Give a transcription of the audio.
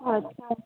अच्छा